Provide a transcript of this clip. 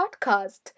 podcast